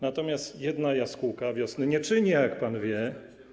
Natomiast jedna jaskółka wiosny nie czyni, jak pan wie.